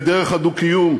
בדרך הדו-קיום.